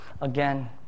again